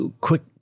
Quick